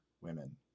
women